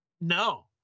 No